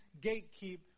gatekeep